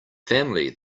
family